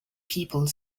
people